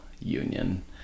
union